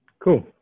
Cool